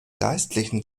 geistlichen